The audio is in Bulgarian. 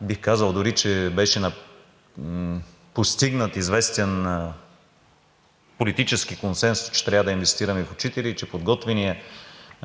бих казал дори, че беше постигнат известен политически консенсус, че трябва да инвестираме в учители и подготвеният и